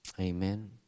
Amen